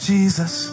Jesus